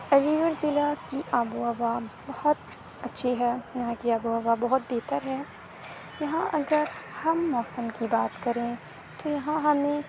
علی گڑھ ضلع کی آب و ہوا بہت اچھی ہے یہاں کی آب و ہوا بہت بہتر ہے یہاں اگر ہم موسم کی بات کریں تو یہاں ہمیں